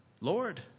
Lord